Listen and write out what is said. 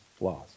laws